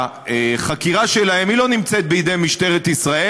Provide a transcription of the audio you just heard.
החקירה שלהם לא נמצאת בידי משטרת ישראל.